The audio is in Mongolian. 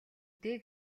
дээ